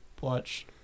watch